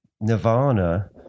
Nirvana